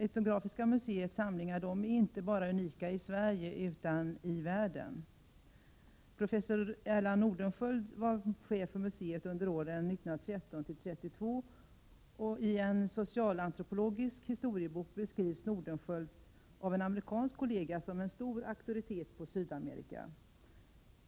Etnografiska museets samlingar är nämligen unika inte bara i Sverige utan också ute i världen. Professor Erland Nordenskiöld var chef för museet under åren 1913-1932. I en socialantropologisk historiebok beskrivs Nordenskiöld av en amerikansk kollega som en stor auktoritet när det gäller Sydamerika.